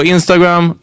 Instagram